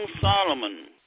Solomon